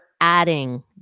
adding